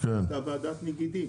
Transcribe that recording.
היתה ועדת נגידים.